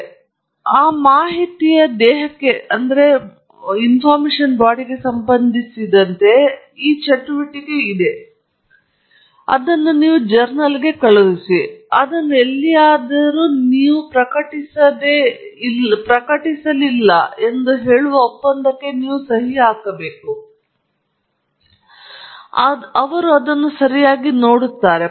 ಆದ್ದರಿಂದ ಮಾಹಿತಿಯ ದೇಹಕ್ಕೆ ಸಂಬಂಧಿಸಿದಂತೆ ಇದು ಒಂದು ಬಾರಿಯ ಚಟುವಟಿಕೆಯಾಗಿದೆ ನೀವು ಅದನ್ನು ಜರ್ನಲ್ಗೆ ಕಳುಹಿಸಿ ನೀವು ಅದನ್ನು ಎಲ್ಲಿಯಾದರೂ ಪ್ರಕಟಿಸದೆ ಇರುವಿರಿ ಎಂದು ಹೇಳುವ ಒಪ್ಪಂದಕ್ಕೆ ನೀವು ಸಹಿ ಹಾಕಬೇಕು ಅವರು ಅದನ್ನು ಸರಿಯಾಗಿ ನೋಡುತ್ತಾರೆ